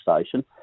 station